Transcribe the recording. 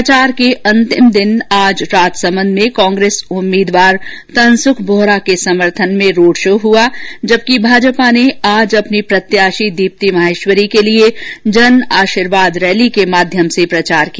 प्रचार के अंतिम दिन आज राजसमंद में कांग्रेस उम्मीदवार तनॅसुख बोहरा के समर्थन में रोड शो हुआ वहीं भाजपा ने आज अपनी प्रत्याशी दीप्ती महोश्वरी के लिये जन आशीर्वाद रैली के माध्यम से प्रचार किया